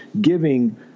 giving